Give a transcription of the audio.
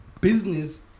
business